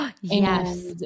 Yes